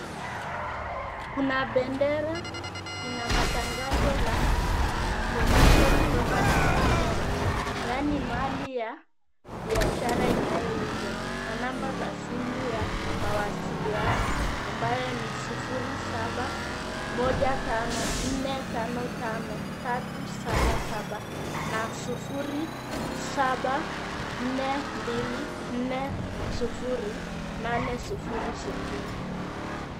Kuna bendera ina matangazo ya commercial properties for sale , yaani mali ya biashara inayouzwa na namba za simu ya mawasiliano ambayo ni sufuri saba moja tano nne tano tano tatu saba saba na sufuri saba nne mbili nne sufuri nane sufuri sufuri.